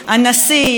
הרמטכ"ל,